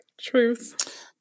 truth